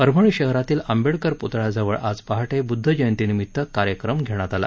परभणी शहरातील आंबेडकर प्तळ्याजवळ आज पहाटे ब्दधजयंतीनिमित्त कार्यक्रम घेण्यात आला